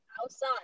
outside